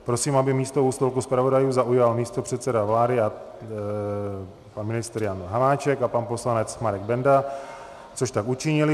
Prosím, aby místo u stolku zpravodajů zaujali místopředseda vlády a pan ministr Jan Hamáček a pan poslanec Marek Benda, což učinili.